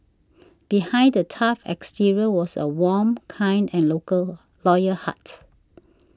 behind the tough exterior was a warm kind and loyal heart